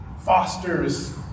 fosters